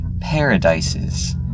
paradises